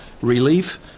relief